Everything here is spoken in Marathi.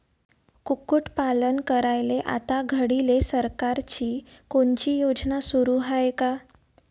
कुक्कुटपालन करायले आता घडीले सरकारची कोनची योजना सुरू हाये का?